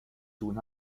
tun